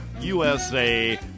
USA